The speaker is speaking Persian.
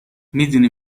میدونی